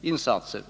insatser.